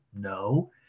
no